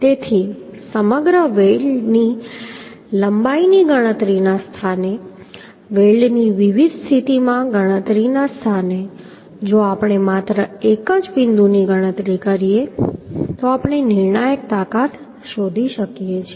તેથી સમગ્ર વેલ્ડ લંબાઈની ગણતરીના સ્થાને વેલ્ડની વિવિધ સ્થિતિમાં ગણતરીના સ્થાને જો આપણે માત્ર એક બિંદુની ગણતરી કરીએ તો આપણે નિર્ણાયક તાકાત શોધી શકીએ છીએ